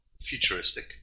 futuristic